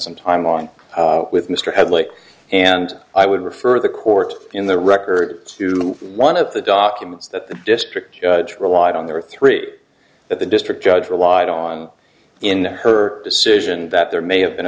some time on with mr headley and i would refer the court in the records to one of the documents that the district relied on there are three that the district judge relied on in her decision that there may have been